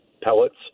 pellets